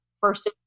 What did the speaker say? first